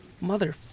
Mother